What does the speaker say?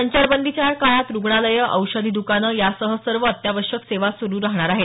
संचारबंदीच्या या काळात रुग्णालयं औषधी दुकानं यासह सर्व अत्यावश्यक सेवा सुरू राहणार आहेत